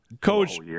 Coach